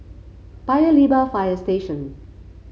Paya Lebar Fire Station